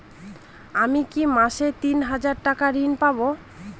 আমি কি মাসে তিন হাজার টাকার ঋণ পাবো?